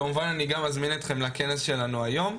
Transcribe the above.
כמובן אני גם אזמין אתכם לכנס שלנו היום,